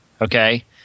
Okay